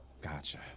Gotcha